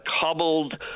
cobbled